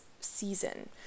season